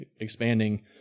expanding